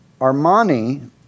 Armani